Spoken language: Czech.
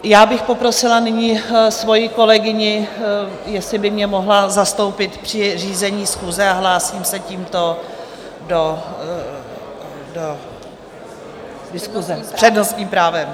Já bych poprosila nyní svoji kolegyni, jestli by mě mohla zastoupit při řízení schůze, a hlásím se tímto s přednostním právem.